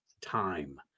time